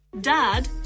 dad